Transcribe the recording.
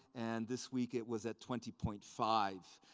and this week it was at twenty point five,